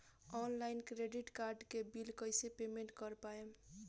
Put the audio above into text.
Online credit card के bill कइसे payment कर पाएम?